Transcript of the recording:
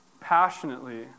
passionately